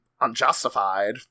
unjustified